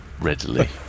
readily